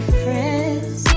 friends